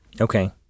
Okay